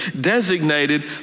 designated